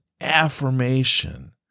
affirmation